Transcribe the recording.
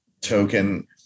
token